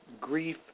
grief